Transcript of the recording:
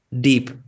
deep